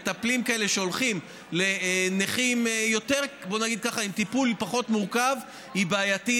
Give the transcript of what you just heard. מטפלים שהולכים לנכים עם טיפול פחות מורכב היא בעייתית,